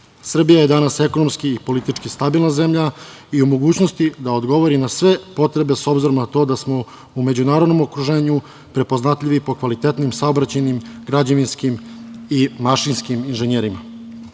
teže. Srbija je danas ekonomski i politički stabilna zemlja i u mogućnosti da odgovori na sve potrebe s obzirom na to da smo u međunarodnom okruženju prepoznatljivi po kvalitetnim saobraćajnim, građevinskim i mašinskim inženjerima. Vlada